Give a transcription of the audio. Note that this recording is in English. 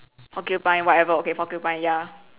porcupine whatever okay porcupine ya